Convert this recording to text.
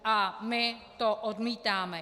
A my to odmítáme.